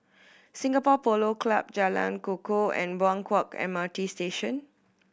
Singapore Polo Club Jalan Kukoh and Buangkok M R T Station